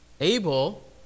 Abel